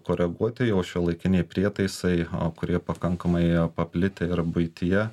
koreguoti jau šiuolaikiniai prietaisai kurie pakankamai paplitę ir buityje